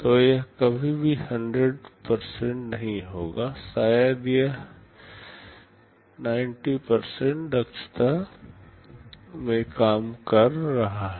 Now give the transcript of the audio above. तो यह कभी भी 100 नहीं होगा शायद यह 90 दक्षता में काम कर रहा है